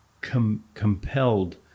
compelled